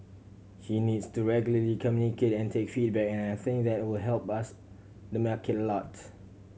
he needs to regularly communicate and take feedback and I think that will help us the market a lot